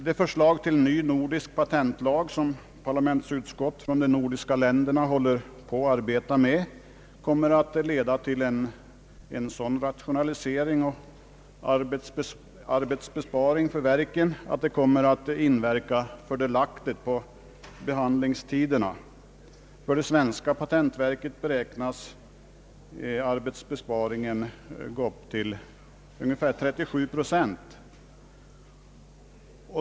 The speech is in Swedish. Det förslag till ny nordisk patentlag som parla mentsutskott från de nordiska länderna håller på att arbeta med kommer att leda till en sådan rationalisering och arbetsbesparing för verken att det kommer att inverka fördelaktigt på behandlingstiderna. För det svenska patentverket beräknas arbetsbesparingen gå upp till ungefär 37 procent.